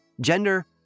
gender